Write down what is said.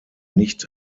nicht